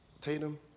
Tatum